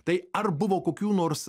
tai ar buvo kokių nors